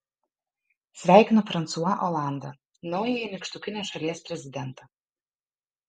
sveikinu fransua olandą naująjį nykštukinės šalies prezidentą